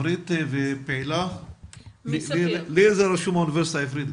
תודה רבה.